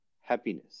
happiness